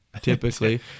typically